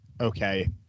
okay